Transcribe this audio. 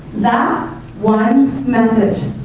that one message